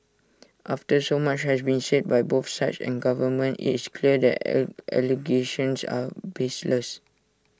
after so much has been said by both sides and government IT is clear that allegations are baseless